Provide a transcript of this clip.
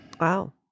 Wow